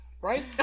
Right